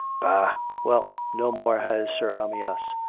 bah i. well, no more has sir amyas.